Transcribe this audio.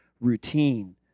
routine